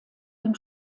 dem